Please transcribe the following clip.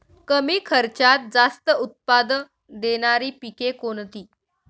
कमी खर्चात जास्त उत्पाद देणारी पिके कोणती?